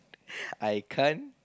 I can't